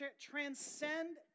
transcend